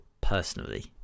personally